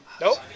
Nope